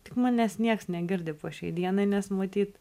tik manęs nieks negirdi po šiai dienai nes matyt